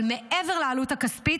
אבל מעבר לעלות הכספית,